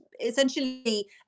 essentially